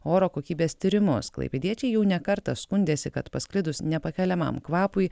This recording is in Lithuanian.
oro kokybės tyrimus klaipėdiečiai jau ne kartą skundėsi kad pasklidus nepakeliamam kvapui